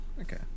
Okay